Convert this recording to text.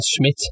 Schmidt